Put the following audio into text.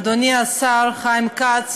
אדוני השר חיים כץ,